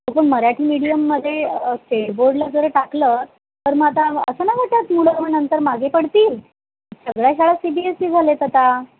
ते पण मराठी मीडियममध्ये स्टेड बोर्डला जर टाकलं तर मग आता असं नाही वाटत मुलं मग नंतर मागे पडतील सगळ्या शाळा सी बी एस ई झाले आहेत आता